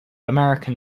american